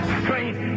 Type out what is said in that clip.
strength